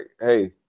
hey